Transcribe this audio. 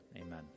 Amen